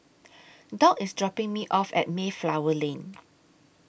Dock IS dropping Me off At Mayflower Lane